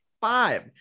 Five